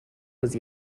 was